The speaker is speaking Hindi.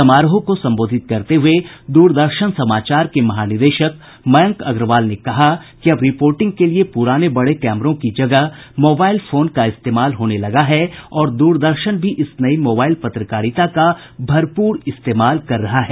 समारोह को संबोधित करते हुए दूरदर्शन समाचार के महानिदेशक मयंक अग्रवाल ने कहा कि अब रिपोर्टिंग के लिए पुराने बड़े कैमरों की जगह मोबाइल फोन का इस्तेमाल होने लगा है और द्रदर्शन भी इस नई मोबाइल पत्रकारिता का भरपूर इस्तेमाल कर रहा है